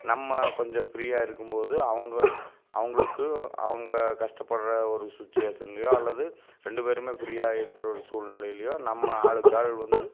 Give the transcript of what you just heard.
நம்ம கொஞ்சம் ஃப்ரீயாக இருக்கும்போது அவங்க அவங்குளுக்கு அவங்க கஷ்டப்படுற ஒரு சுச்சுவேஷன்லேயோ அல்லது ரெண்டு பேருமே ஃப்ரீயாக இருக்கிற ஒரு சூழ்நிலையிலையோ நம்ம ஆளுக்கு ஆள் வந்து